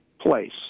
place